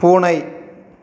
பூனை